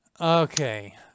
Okay